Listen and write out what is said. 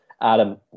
Adam